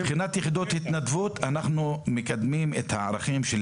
לגבי יחידות התנדבות אנחנו מקדמים את הערכים של